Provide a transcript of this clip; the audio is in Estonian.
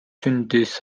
sündis